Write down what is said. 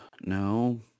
No